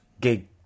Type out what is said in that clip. gig